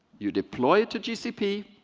you deploy it to gcp,